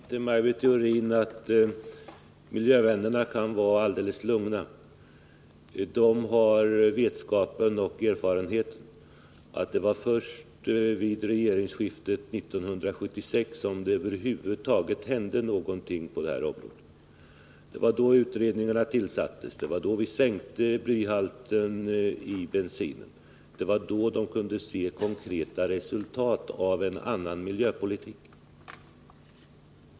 Fru talman! Får jag säga till Maj Britt Theorin att miljövännerna kan vara alldeles lugna. De har vetskapen och erfarenheten att det var först vid regeringsskiftet 1976 som det över huvud taget hände någonting på det här området. Det var då utredningarna tillsattes, det var då vi sänkte blyhalten i bensinen, och det var då man kunde se konkreta resultat av en annan miljöpolitik.